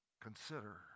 Consider